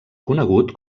conegut